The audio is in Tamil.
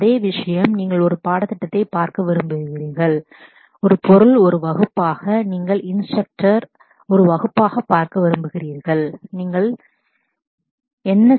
அதே விஷயம் நீங்கள் ஒரு கிளாஸ் ஆக ஒரு பாடத்திட்டத்தைப் பார்க்க விரும்புகிறீர்கள் நீங்கள் இன்ஸ்ட்ரக்டர் ஒரு கிளாஸ் ஆக பார்க்க விரும்புகிறீர்கள் நீங்கள் பார்க்க விரும்புகிறீர்கள் ஒரு வகையான கிளாஸ் ஆகவும் அவற்றின் நிகழ்வுகளாகவும் கற்பிக்கிறது teaches